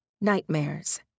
nightmares